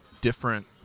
different